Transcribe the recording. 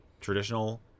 traditional